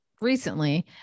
recently